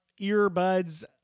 earbuds